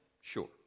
Sure